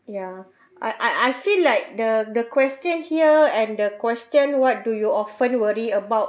ya I I I feel like the the question here and the question what do you often worry about